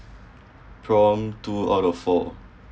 prompt two out of four